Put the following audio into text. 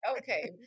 Okay